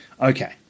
Okay